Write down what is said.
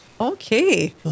Okay